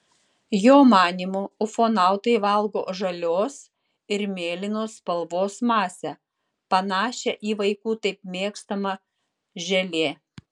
jo manymu ufonautai valgo žalios ir mėlynos spalvos masę panašią į vaikų taip mėgstamą želė